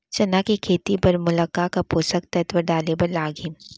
चना के खेती बर मोला का का पोसक तत्व डाले बर लागही?